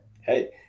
hey